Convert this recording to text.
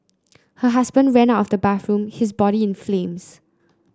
her husband ran out of the bathroom his body in flames